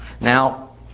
Now